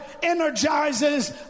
energizes